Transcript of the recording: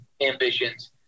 ambitions